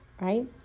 right